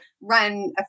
run